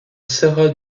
serra